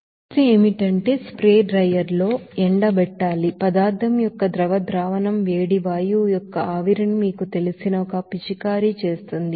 సమస్య ఏమిటంటే spray dryer లో ఎండబెట్టాల్సిన పదార్థం యొక్క లిక్విడ్ సొల్యూషన్ వేడి వాయువు యొక్క ఆవిరిని మీకు తెలిసిన ఒక పిచికారీ చేస్తుంది